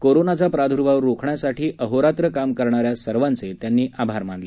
कोरोनाचा प्रादुर्भाव रोखण्यासाठी अहोरात्र काम करणाऱ्या सर्वांचे त्यांनी आभार मानले